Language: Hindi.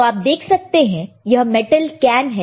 तो आप देख सकते हैं यह मेटल कैन है